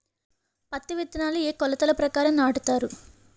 పత్తి విత్తనాలు ఏ ఏ కొలతల ప్రకారం నాటుతారు?